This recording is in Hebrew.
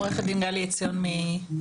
עורכת דין גלי עציון מנעמת,